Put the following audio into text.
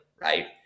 right